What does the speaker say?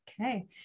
Okay